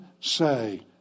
say